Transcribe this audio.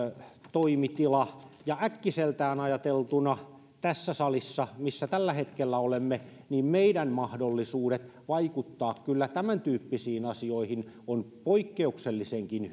toimitila ja äkkiseltään ajateltuna tässä salissa missä tällä hetkellä olemme meidän mahdollisuutemme vaikuttaa tämäntyyppisiin asioihin ovat kyllä poikkeuksellisenkin